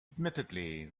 admittedly